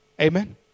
Amen